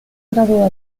graduó